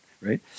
right